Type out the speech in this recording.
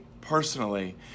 personally